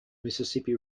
mississippi